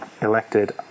elected